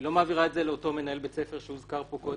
היא לא מעבירה את זה לאותו מנהל בית ספר שהוזכר פה קודם.